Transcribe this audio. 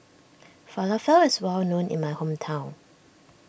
Falafel is well known in my hometown